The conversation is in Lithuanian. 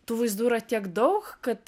tų vaizdų yra tiek daug kad